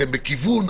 אתם בכיוון.